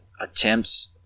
attempts